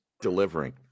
delivering